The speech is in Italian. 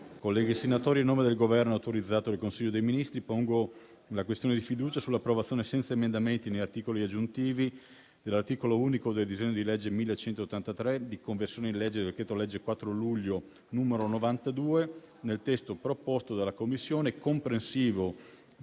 onorevoli senatori, a nome del Governo, autorizzato dal Consiglio dei ministri, pongo la questione di fiducia sull'approvazione, senza emendamenti né articoli aggiuntivi, dell'articolo unico del disegno di legge n. 1183, di conversione del decreto-legge 4 luglio 2024, n. 92, nel testo proposto dalla Commissione, comprensivo